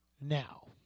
Now